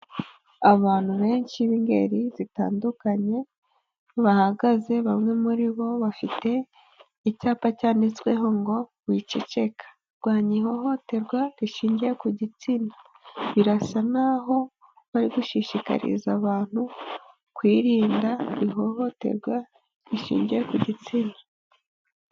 Abantu benshi b'ingeri zitandukanye bahagaze, bamwe muri bo bafite icyapa cyanditsweho ngo: "Wiceceka, rwanya ihohoterwa rishingiye ku gitsina", birasa n'aho bari gushishikariza abantu kwirinda ihohoterwa rishingiye ku gitsina.